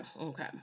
okay